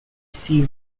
sieve